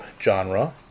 genre